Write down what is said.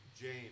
James